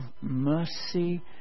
mercy